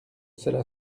cela